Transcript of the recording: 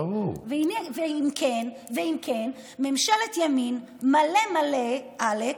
ואם כן, ממשלת ימין מלא מלא עלק